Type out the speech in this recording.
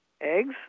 Eggs